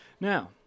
Now